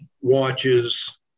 watches